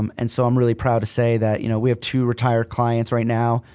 um and so i'm really proud to say that you know we have two retired clients right now,